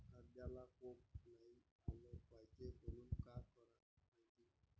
कांद्याला कोंब नाई आलं पायजे म्हनून का कराच पायजे?